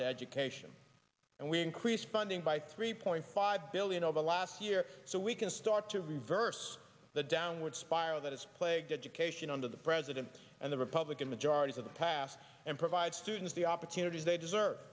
to education and we increased funding by three point five billion over last year so we can start to reverse the downward spiral that has plagued education under the president and the republican majorities of the past and provide students the opportunities they deserve